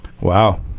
wow